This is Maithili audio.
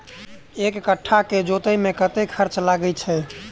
एक कट्ठा केँ जोतय मे कतेक खर्चा लागै छै?